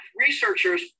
researchers